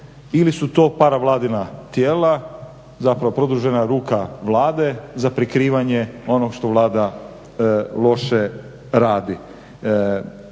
ili su to paravladina tijela, zapravo produžena ruka Vlade za prikrivanje onog što Vlada loše radi?